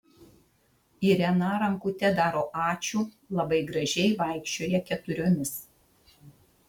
irena rankute daro ačiū labai gražiai vaikščioja keturiomis